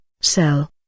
sell